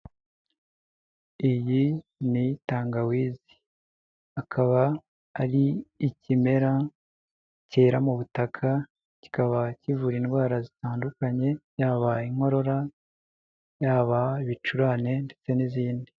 Iyi ni tangawizi akaba ari ikimera cyera mu butaka kikaba kivura indwara zitandukanye ya inkorora yaba ibicurane ndetse n'izindi.